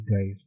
guys